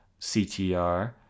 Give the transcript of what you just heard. CTR